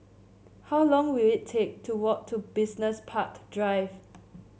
how long will it take to walk to Business Park Drive